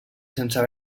sense